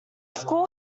school